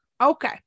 okay